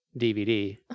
DVD